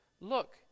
Look